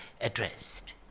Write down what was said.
addressed